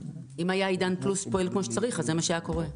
אם עידן פלוס היה פועל כמו שצריך זה מה שהיה קורה.